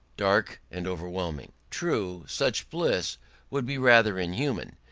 dark and overwhelming. true, such bliss would be rather inhuman,